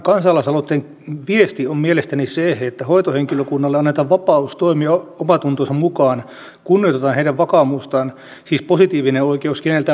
tämän kansalaisaloitteen viesti on mielestäni se että hoitohenkilökunnalle annetaan vapaus toimia omantuntonsa mukaan kunnioitetaan heidän vakaumustaan siis positiivinen oikeus keneltäkään pois viemättä